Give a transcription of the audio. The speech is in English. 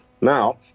Now